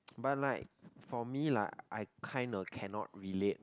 but right for me lah I kind of cannot relate